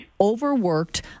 overworked